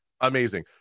Amazing